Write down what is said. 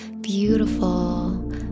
beautiful